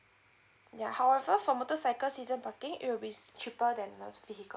ya however for motorcycle season parking it will be cheaper than the vehicle